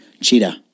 cheetah